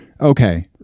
okay